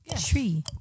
Tree